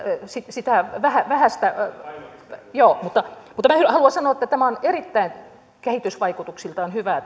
sitä vähäistä mutta mutta minä haluan sanoa että tämä finnfundin yhteistyö on erittäin kehitysvaikutuksiltaan hyvää